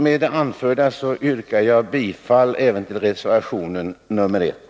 Med det anförda yrkar jag bifall även till reservation nr 1.